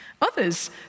Others